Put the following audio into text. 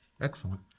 Excellent